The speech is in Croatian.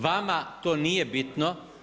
Vama to nije bitno.